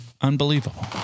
unbelievable